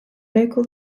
local